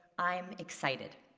i'm excited.